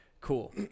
cool